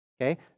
okay